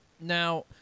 Now